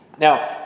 Now